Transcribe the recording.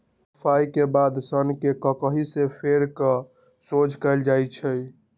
सफाई के बाद सन्न के ककहि से फेर कऽ सोझ कएल जाइ छइ